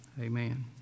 Amen